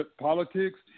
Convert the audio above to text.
politics